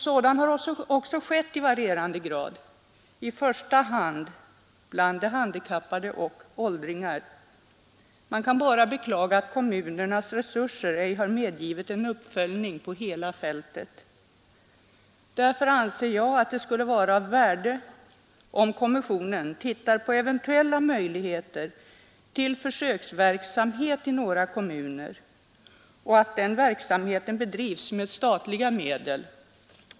Sådan har också bedrivits i varierande grad, i första hand bland handikappade och åldringar. Man kan bara beklaga att kommunernas resurser ej har medgivit en uppföljning på hela fältet. Därför anser jag att det skulle vara av värde om kommissionen tittar på eventuella möjligheter till försöksverksamhet i några kommuner och att den verksamheten bedrivs med statliga medel.